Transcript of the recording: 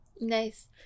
Nice